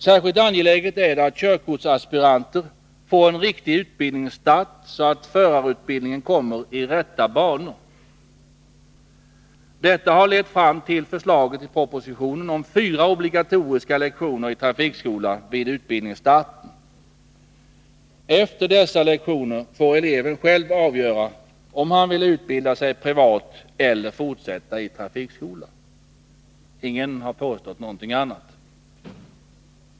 Särskilt angeläget är det att körkortsaspiranter får en riktig utbildningsstart, så att förarutbildningen kommer i rätta banor. Detta har lett fram till förslaget i propositionen om fyra obligatoriska lektioner i trafikskola vid utbildningsstarten. Efter dessa lektioner får eleven själv avgöra om han vill utbilda sig privat eller fortsätta i trafikskola — det framgår helt klart.